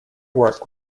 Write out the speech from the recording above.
work